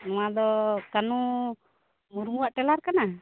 ᱱᱚᱣᱟ ᱫᱚ ᱠᱟᱹᱱᱩ ᱢᱩᱨᱢᱩᱣᱟᱜ ᱴᱨᱮᱞᱟᱨ ᱠᱟᱱᱟ